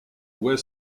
wes